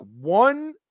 one